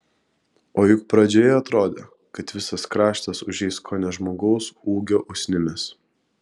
o juk pradžioje atrodė kad visas kraštas užeis kone žmogaus ūgio usnimis